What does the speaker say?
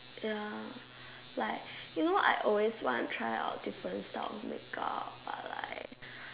ya like you know I always want try out different style of make up but like